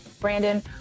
Brandon